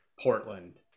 Portland